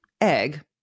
egg